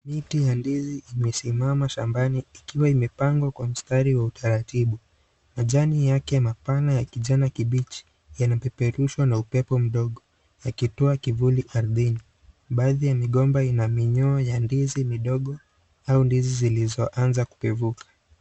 Miti ya ndizi imesimama shambani ikiwa imepangwa kwa msitari wa utaratibu, majani yake mapana ya kijani kibichi yanapeperushwa na upepo mdogo yaki toa kivuli ardhini baadhi ya migomba ina minyoo ya ndizi midogo nao ndizi zilizoanza kupevuka.